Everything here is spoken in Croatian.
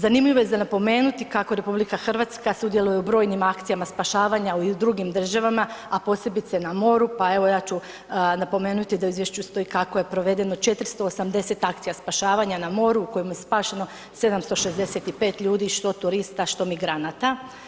Zanimljivo je za napomenuti kako RH sudjeluje u brojnim akcijama spašavanja u drugih državama, a posebice na more, pa evo ja ću napomenuti da u izvješću stoji kako je provedeno 480 akcija spašavanja na moru u kojem je spašeno 765 ljudi, što turista, što migranata.